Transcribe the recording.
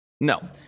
No